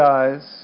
eyes